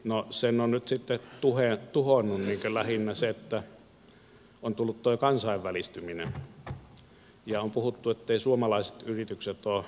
sen on nyt sitten tuhonnut lähinnä se että on tullut tuo kansainvälistyminen ja on puhuttu etteivät suomalaiset yritykset ole kansainvälistyneitä